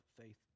faith